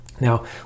Now